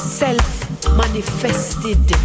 self-manifested